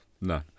no